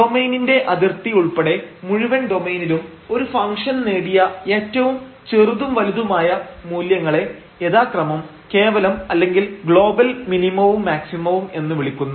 ഡൊമൈനിന്റെ അതിർത്തി ഉൾപ്പെടെ മുഴുവൻ ഡൊമൈനിലും ഒരു ഫംഗ്ഷൻനേടിയ ഏറ്റവും ചെറുതും വലുതുമായ മൂല്യങ്ങളെ യഥാക്രമം കേവലം അല്ലെങ്കിൽ ഗ്ലോബൽ മിനിമവും മാക്സിമവും എന്ന് വിളിക്കുന്നു